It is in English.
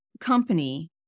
company